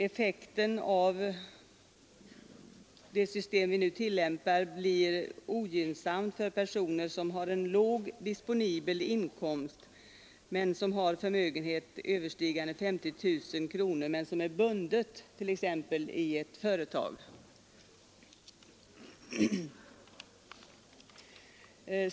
Effekten av det system som nu tillämpas är ogynnsamt för personer, som har låg disponibel inkomst men en förmögenhet överstigande 50 000 kronor bunden t.ex. i ett företag.